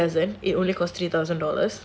also it doesn't it only cost three thousand dollars